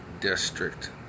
district